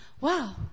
Wow